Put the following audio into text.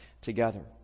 together